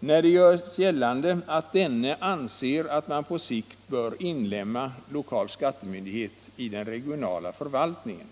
när det gör gällande att denne anser att man på sikt bör inlemma lokal skattemyndighet i den regionala förvaltningen.